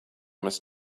must